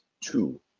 two